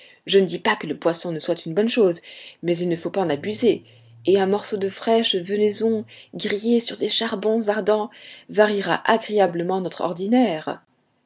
je ne dis pas que le poisson ne soit une bonne chose mais il ne faut pas en abuser et un morceau de fraîche venaison grillé sur des charbons ardents variera agréablement notre ordinaire